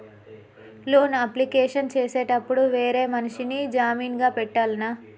Loan application చేసేటప్పుడు వేరే మనిషిని జామీన్ గా పెట్టాల్నా?